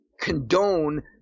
condone